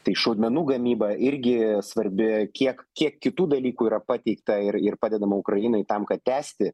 tai šaudmenų gamyba irgi svarbi kiek kiek kitų dalykų yra pateikta ir ir padedama ukrainai tam kad tęsti